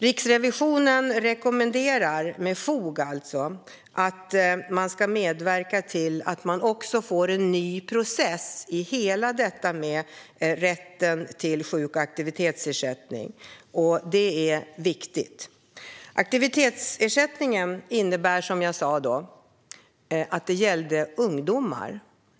Riksrevisionen rekommenderar, alltså med fog, att man ska medverka till att personer får en ny process. Det gäller allt det här med rätt till sjukersättning och aktivitetsersättning, och detta är viktigt. Aktivitetsersättning gäller som jag sa ungdomar.